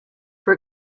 for